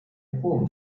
poem